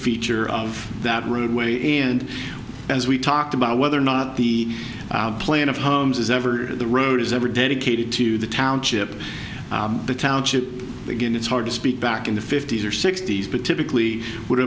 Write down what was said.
feature of that roadway and as we talked about whether or not the plan of homes is ever the road is ever dedicated to the township the township again it's hard to speak back in the fifty's or sixty's but typically would